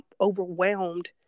overwhelmed